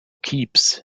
keeps